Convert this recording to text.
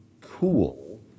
cool